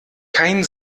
kein